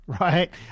right